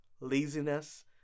laziness